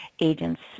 agents